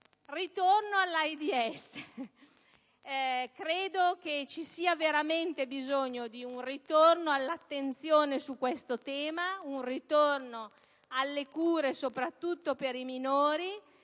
Ritorno all'AIDS: credo ci sia veramente bisogno di un ritorno all'attenzione su questo tema e di un ritorno alle cure, soprattutto per i minori.